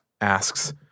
asks